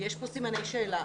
יש פה סימני שאלה,